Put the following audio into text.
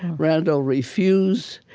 randolph refused,